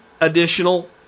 additional